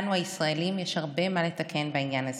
לנו הישראלים יש הרבה מה לתקן בעניין הזה.